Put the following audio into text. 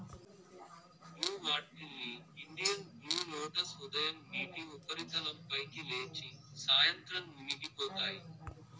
blue water lily, Indian blue lotus ఉదయం నీటి ఉపరితలం పైకి లేచి, సాయంత్రం మునిగిపోతాయి